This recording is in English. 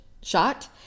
shot